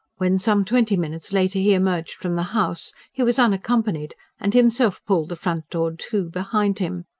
when some twenty minutes later he emerged from the house, he was unaccompanied, and himself pulled the front door to behind him.